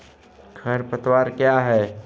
खरपतवार क्या है?